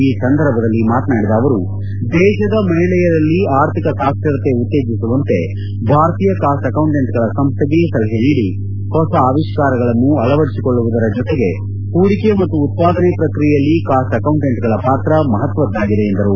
ಈ ಸಂದರ್ಭದಲ್ಲಿ ಮಾತನಾಡಿದ ಅವರು ದೇಶದ ಮಹಿಳೆಯರಲ್ಲಿ ಆರ್ಥಿಕ ಸಾಕ್ಷರತೆ ಉತ್ತೇಜಿಸುವಂತೆ ಭಾರತೀಯ ಕಾಸ್ಟ್ ಅಕೌಂಟೆಂಟ್ಗಳ ಸಂಸ್ಥೆಗೆ ಸಲಹೆ ನೀಡಿ ಹೊಸ ಅವಿಷ್ಕಾರಗಳನ್ನು ಅಳವಡಿಸಿಕೊಳ್ಳುವುದರ ಜತೆಗೆ ಹೂಡಿಕೆ ಮತ್ತು ಉತ್ಪಾದನೆ ಪ್ರಕ್ರಿಯೆಯಲ್ಲಿ ಕಾಸ್ಟ್ ಅಕೌಂಟೆಂಟ್ಗಳ ಪಾತ್ರ ಮಹತ್ವದ್ದಾಗಿದೆ ಎಂದರು